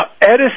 Edison